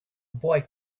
boy